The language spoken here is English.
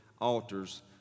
altars